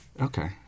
Okay